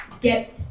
get